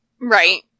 Right